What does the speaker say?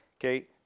okay